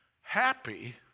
Happy